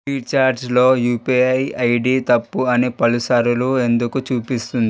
ఫ్రీచార్జ్లో UPI ID తప్పు అని పలుసార్లు ఎందుకు చూపిస్తుంది